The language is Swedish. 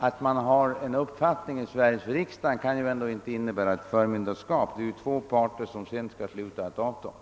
Att man har en uppfattning i Sveriges riksdag kan ändå inte innebära ett förmynderskap; det är ju två parter vilka sedan skall träffa ett avtal.